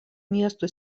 miesto